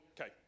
okay